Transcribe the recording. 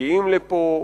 מגיעים לפה,